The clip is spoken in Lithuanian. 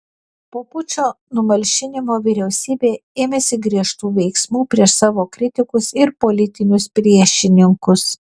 po pučo numalšinimo vyriausybė ėmėsi griežtų veiksmų prieš savo kritikus ir politinius priešininkus